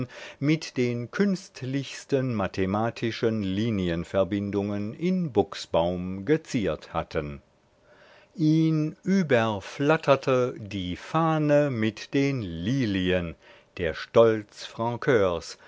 mit den künstlichsten mathematischen linienverbindungen in buchsbaum geziert hatten überflatterte die fahne mit den lilien der stolz